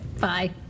Bye